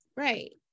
Right